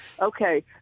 Okay